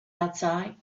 outside